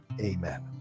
Amen